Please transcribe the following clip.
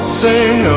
sing